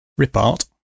Ripart